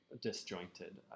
disjointed